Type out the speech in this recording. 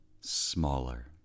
smaller